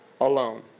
alone